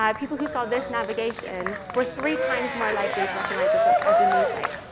um people who saw this navigation, were three times more likely to recognize us ah as a news site.